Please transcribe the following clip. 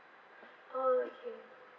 oh okay